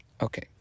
Okay